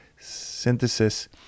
synthesis